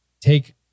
take